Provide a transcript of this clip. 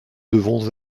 devons